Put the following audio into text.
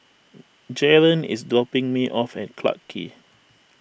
Jaren is dropping me off Clarke Quay